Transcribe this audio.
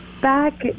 back